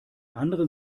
anderen